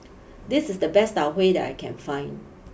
this is the best Tau Huay that I can find